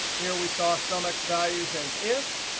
here we saw sumx values and if